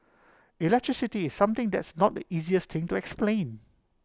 electricity is something that's not the easiest thing to explain